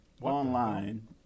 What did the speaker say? online